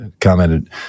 commented